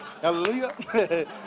Hallelujah